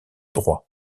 droit